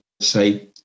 say